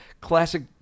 classic